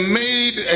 made